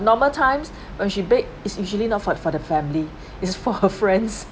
normal times when she bake it's usually not for the for the family it's for her friends